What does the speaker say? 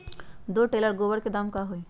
दो टेलर गोबर के दाम का होई?